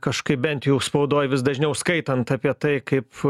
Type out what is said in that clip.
kažkaip bent jau spaudoj vis dažniau skaitant apie tai kaip